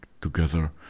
together